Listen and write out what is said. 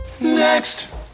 Next